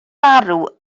marw